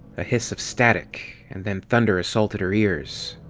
a hiss of static, and then thunder assaulted her ears.